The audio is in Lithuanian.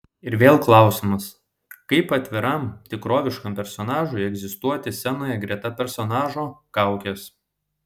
ir vėl klausimas kaip atviram tikroviškam personažui egzistuoti scenoje greta personažo kaukės